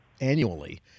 annually